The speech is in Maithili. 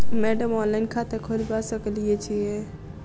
मैडम ऑनलाइन खाता खोलबा सकलिये छीयै?